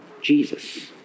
Jesus